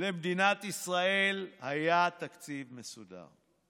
למדינת ישראל היה תקציב מסודר.